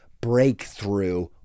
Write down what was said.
breakthrough